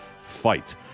fight